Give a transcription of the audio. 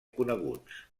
coneguts